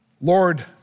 Lord